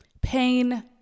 pain